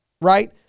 right